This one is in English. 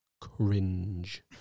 cringe